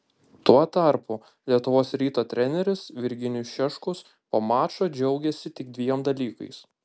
tuo tarpu lietuvos ryto treneris virginijus šeškus po mačo džiaugėsi tik dviem dalykais